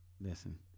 listen